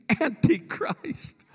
Antichrist